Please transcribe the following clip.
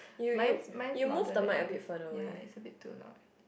mine's mine's louder than ya it's a bit too loud